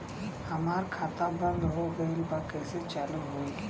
हमार खाता बंद हो गईल बा कैसे चालू होई?